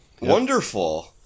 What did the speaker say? Wonderful